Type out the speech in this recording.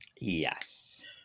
Yes